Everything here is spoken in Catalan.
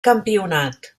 campionat